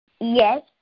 Yes